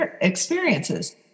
experiences